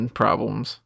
problems